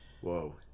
Whoa